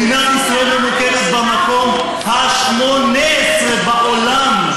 מדינת ישראל ממוקמת במקום ה-18 בעולם,